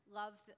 love